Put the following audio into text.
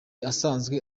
asanzwe